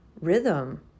rhythm